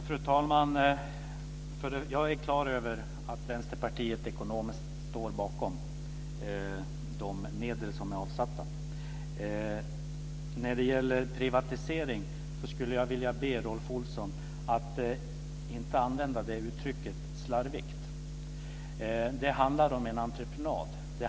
Fru talman! Jag är klar över att Vänsterpartiet står bakom de medel som är avsatta. När det gäller privatisering skulle jag vilja be Rolf Olsson att inte använda det uttrycket slarvigt. Det handlar om en entreprenad.